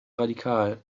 radikal